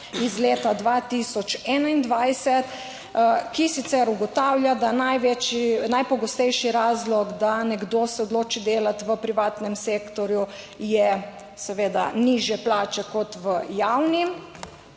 iz leta 2021, ki sicer ugotavlja, da najpogostejši razlog, da nekdo se odloči delati v privatnem sektorju je seveda nižje plače kot v javni.